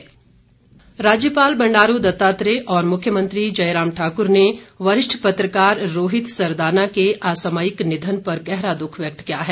शोक राज्यपाल बंडारू दत्तात्रेय और मुख्यमंत्री जयराम ठाकुर ने वरिष्ठ पत्रकार रोहित सरदाना के असामयिक निधन पर गहरा दुख व्यक्त किया है